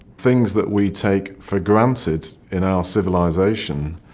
things that we take for granted in our civilisation,